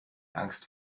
angst